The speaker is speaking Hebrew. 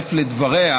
להצטרף לדבריה,